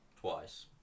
twice